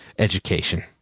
education